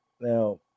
Now